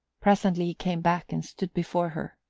presently he came back and stood before her.